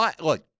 Look